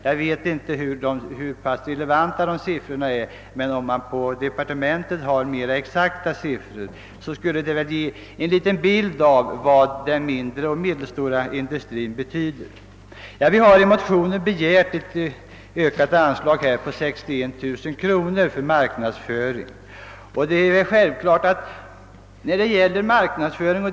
Jag vet inte hur pass relevanta dessa siffror är, men om vi fick mera exakta siffror från depar tementet kunde vi erhålla en bild av vad den mindre och medelstora industrin betyder. Vi har i vår motion begärt ett med 61 000 kronor ökat anslag till marknadsföring.